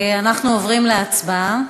אנחנו עוברים להצבעה.